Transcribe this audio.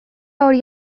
hori